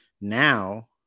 Now